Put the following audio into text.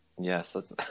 Yes